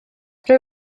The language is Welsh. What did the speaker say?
rwyf